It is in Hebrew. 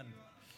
הבנו.